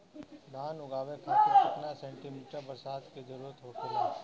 धान उगावे खातिर केतना सेंटीमीटर बरसात के जरूरत होखेला?